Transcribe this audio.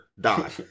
die